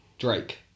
Drake